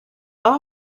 also